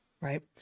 right